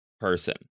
person